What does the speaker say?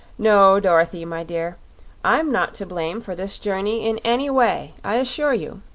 no, dorothy, my dear i'm not to blame for this journey in any way, i assure you.